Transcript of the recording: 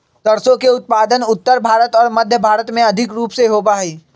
सरसों के उत्पादन उत्तर भारत और मध्य भारत में अधिक रूप से होबा हई